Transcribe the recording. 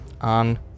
on